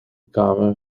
kamer